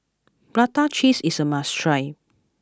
Prata Cheese is a must try